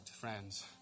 friends